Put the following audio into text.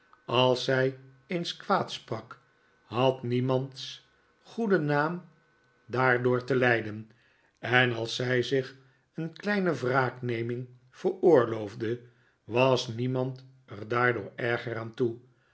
als zij eens kwaadsprak had niemands goede naam daardoor te lijden en als zij zich een kleine wraakneming veroorlopfde was niemand er daardoor erger aan toe